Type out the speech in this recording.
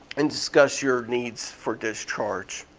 and discuss your needs for discharge.